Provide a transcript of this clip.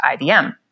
IBM